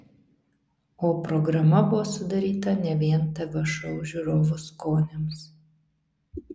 o programa buvo sudaryta ne vien tv šou žiūrovų skoniams